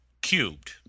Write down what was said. cubed